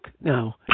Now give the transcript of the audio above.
no